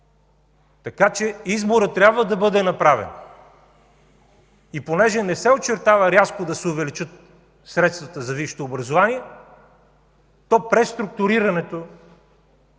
Така че изборът трябва да бъде направен. И понеже не се очертава рязко да се увеличат средствата за висшето образование, то преструктурирането